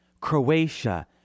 Croatia